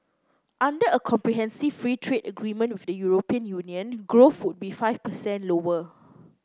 under a comprehensive free trade agreement with the European Union growth would be five percent lower